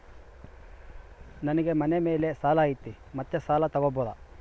ನನಗೆ ಮನೆ ಮೇಲೆ ಸಾಲ ಐತಿ ಮತ್ತೆ ಸಾಲ ತಗಬೋದ?